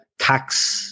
tax